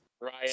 Ryan